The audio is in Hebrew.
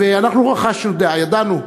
ואנחנו רכשנו דעה, ידענו.